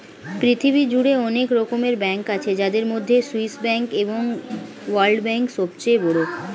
পৃথিবী জুড়ে অনেক রকমের ব্যাঙ্ক আছে যাদের মধ্যে সুইস ব্যাঙ্ক এবং ওয়ার্ল্ড ব্যাঙ্ক সবচেয়ে বড়